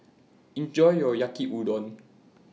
Enjoy your Yaki Udon